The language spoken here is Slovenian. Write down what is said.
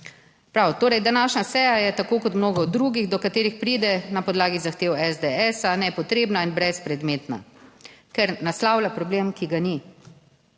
Prav, torej, današnja seja je tako kot mnogo drugih do katerih pride na podlagi zahtev SDS, nepotrebna in brezpredmetna, ker naslavlja problem, ki ga ni.